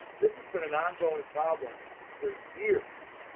this has been an ongoing problem for years.